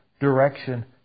direction